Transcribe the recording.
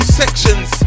sections